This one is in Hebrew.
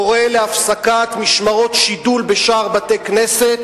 קורא להפסקת משמרות שידול בשערי בתי-ספר